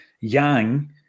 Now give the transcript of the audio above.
Yang